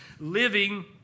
living